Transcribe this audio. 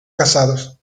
casados